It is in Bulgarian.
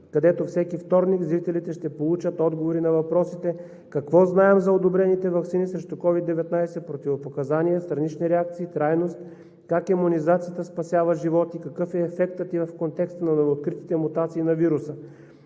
където всеки вторник зрителите ще получат отговори на въпросите: какво знаем за одобрените ваксини срещу COVID-19 – противопоказания, странични реакции, трайност, как имунизацията спасява животи, какъв е ефектът ѝ в контекста на новооткритите мутации на вируса.